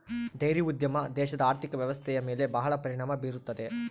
dairy ಉದ್ಯಮ ದೇಶದ ಆರ್ಥಿಕ ವ್ವ್ಯವಸ್ಥೆಯ ಮೇಲೆ ಬಹಳ ಪರಿಣಾಮ ಬೀರುತ್ತದೆ